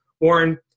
Warren